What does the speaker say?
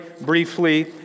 briefly